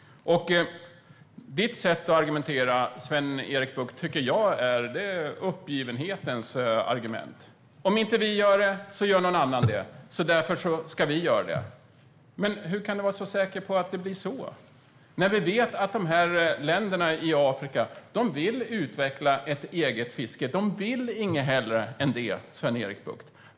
Ditt sätt att argumentera, Sven-Erik Bucht, är uppgivenhetens argument. Om inte vi gör det så gör någon annan det, så därför ska vi göra det. Hur kan du vara så säker på att det blir så? Vi vet att länderna i Afrika vill utveckla ett eget fiske. De vill inget hellre än det, Sven-Erik Bucht.